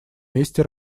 месте